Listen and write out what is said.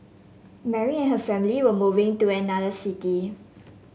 Mary and her family were moving to another city